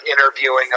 interviewing